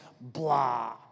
blah